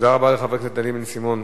תודה רבה לחבר הכנסת דניאל בן-סימון.